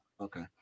okay